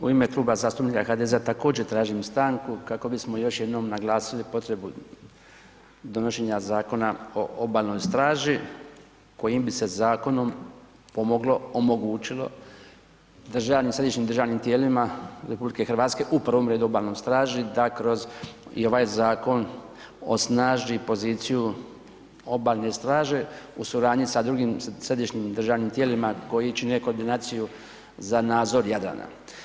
U ime Kluba zastupnika HDZ-a također tražim stanku kako bismo još jednom naglasili potrebu donošenja Zakona o Obalnoj straži kojim bi se zakonom pomoglo, omogućilo središnjim državnim tijelima RH u prvom redu obalnoj straži da kroz i ovaj zakon osnaži poziciju obalne straže u suradnji sa drugim središnjim državnim tijelima koji čine koordinaciju za nadzor Jadrana.